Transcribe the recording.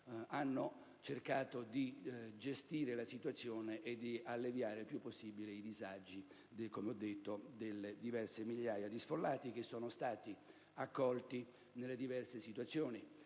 hanno cercato di gestire la situazione e di alleviare il più possibile i disagi delle diverse migliaia di sfollati che sono stati accolti. Per quanto